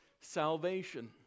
salvation